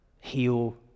heal